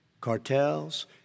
cartels